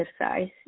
exercise